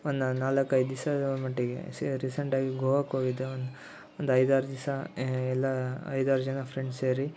ಒಂದು ನಾ ನಾಲ್ಕು ಐದು ದಿವ್ಸ ಮಟ್ಟಿಗೆ ಸೇ ರೀಸೆಂಟಾಗಿ ಗೋವಾಕ್ಕೆ ಹೋಗಿದ್ದೆ ಒಂದು ಒಂದು ಐದು ಆರು ದಿವ್ಸ ಎಲ್ಲ ಐದು ಆರು ಜನ ಫ್ರೆಂಡ್ಸ್ ಸೇರಿ